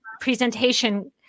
presentation